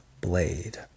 blade